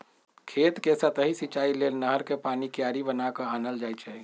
खेत कें सतहि सिचाइ लेल नहर कें पानी क्यारि बना क आनल जाइ छइ